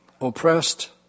Oppressed